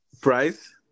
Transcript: Price